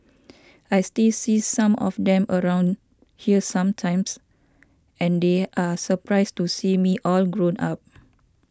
I still see some of them around here sometimes and they are surprised to see me all grown up